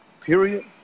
Period